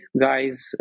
guys